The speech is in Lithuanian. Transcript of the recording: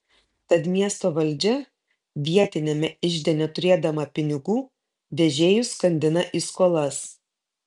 tad miesto valdžia vietiniame ižde neturėdama pinigų vežėjus skandina į skolas